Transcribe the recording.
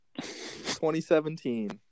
2017